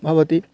भवति